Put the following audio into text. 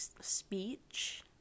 speech